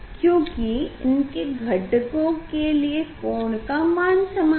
क्योंकि इनके घटकों के लिए कोण का मान समान है